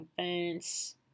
events